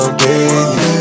baby